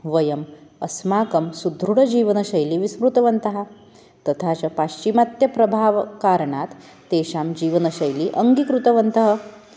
वयम् अस्माकं सुधृढजीवनशैलीं विस्मृतवन्तः तथा च पाश्चिमात्यप्रभावकारणात् तेषां जीवनशैलीम् अङ्गीकृतवन्तः